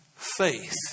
faith